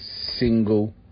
single